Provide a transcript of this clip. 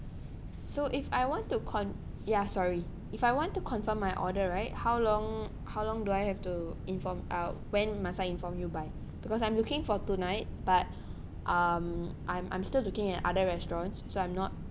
so if I want to con~ ya sorry if I want to confirm my order right how long how long do I have to inform uh when must I inform you by because I'm looking for tonight but um I'm I'm still looking at other restaurants so I'm not